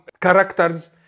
characters